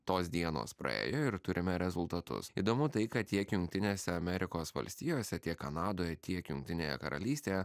tos dienos praėjo ir turime rezultatus įdomu tai kad tiek jungtinėse amerikos valstijose tiek kanadoje tiek jungtinėje karalystėje